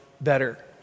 better